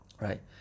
right